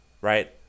right